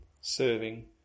serving